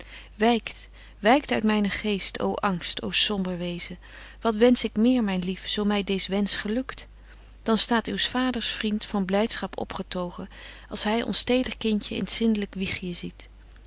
wykt wykt uit mynen geest ô angst ô somber vrezen wat wensch ik meer myn lief zo my dees wensch gelukt dan staat uw's vaders vriend van blydschap opgetogen als hy ons teder kindje in t zindlyk wiegje ziet